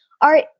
Art